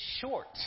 short